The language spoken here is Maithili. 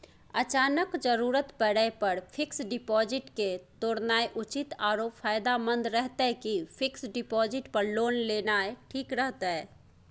अचानक जरूरत परै पर फीक्स डिपॉजिट के तोरनाय उचित आरो फायदामंद रहतै कि फिक्स डिपॉजिट पर लोन लेनाय ठीक रहतै?